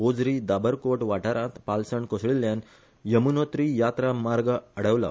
ओझरी दाबरकोट वाठारांत पालसण कोसळिल्यान यमुनोत्री यात्रा मार्ग आडवला